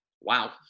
Wow